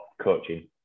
coaching